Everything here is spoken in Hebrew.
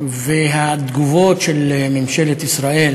והתגובות של ממשלת ישראל